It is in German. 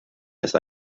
ist